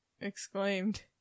Exclaimed